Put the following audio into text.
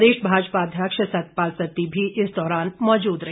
प्रदेश भाजपा अध्यक्ष सतपाल सत्ती भी इस दौरान मौजूद रहे